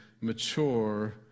mature